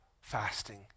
fasting